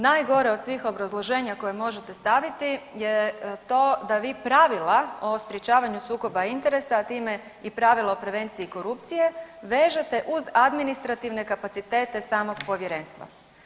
Najgore od svih obrazloženja koje možete staviti je to da vi pravila o sprječavanju sukoba interesa, a time i pravila o prevenciji korupcije vežete uz administrativne kapacitete samog povjerenstva.